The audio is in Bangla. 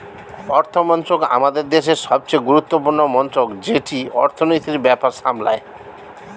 অর্থমন্ত্রক আমাদের দেশের সবচেয়ে গুরুত্বপূর্ণ মন্ত্রক যেটি অর্থনীতির ব্যাপার সামলায়